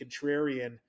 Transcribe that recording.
contrarian